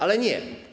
Ale nie.